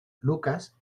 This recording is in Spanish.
lucas